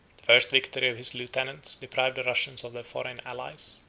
the first victory of his lieutenants deprived the russians of their foreign allies,